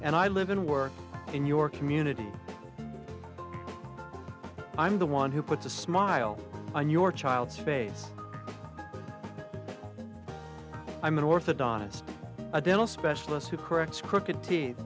and i live and work in your community i'm the one who puts a smile on your child's face i'm an orthodontist a dental specialist who corrects crooked teeth